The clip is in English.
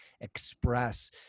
express